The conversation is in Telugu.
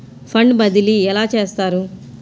ఫండ్ బదిలీ ఎలా చేస్తారు?